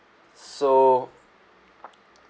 so